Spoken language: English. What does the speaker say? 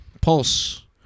Pulse